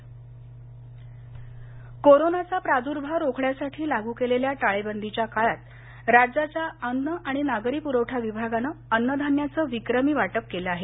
अन्नधान्य कोरोनाचा प्राद्भाव रोखण्यासाठी लागू केलेल्या टाळेबंदीच्या काळात राज्याच्या अन्न आणि नागरी पुरवठा विभागानं अन्न धान्याचं विक्रमी वाटप केलं आहे